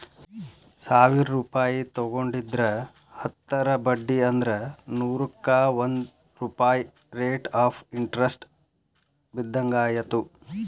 ಸಾವಿರ್ ರೂಪಾಯಿ ತೊಗೊಂಡಿದ್ರ ಹತ್ತರ ಬಡ್ಡಿ ಅಂದ್ರ ನೂರುಕ್ಕಾ ಒಂದ್ ರೂಪಾಯ್ ರೇಟ್ ಆಫ್ ಇಂಟರೆಸ್ಟ್ ಬಿದ್ದಂಗಾಯತು